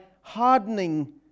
hardening